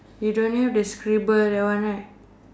you don't have the scribble that one right